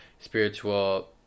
spiritual